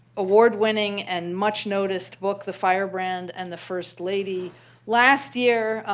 award-winning and much noticed book, the firebrand and the first lady last year,